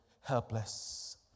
helpless